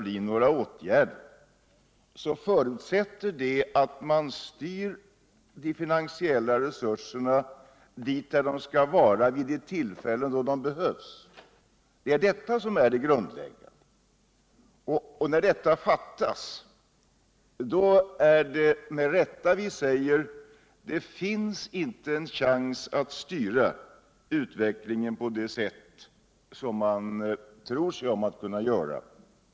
bli några åtgärder, så förutsätter det att man styr de finansiella resurserna dit där de skall vara vid de tillfällen då de behövs. Det är detta som är det grundläggande. När det fattas, då är det med all rätt vi säger: Det finns inte en chans att styra utvecklingen på det sätt som redovisas I denna skrift och som regeringen tror sig om att kunna göra.